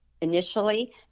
initially